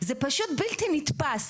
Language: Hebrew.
זה פשוט בלתי נתפס.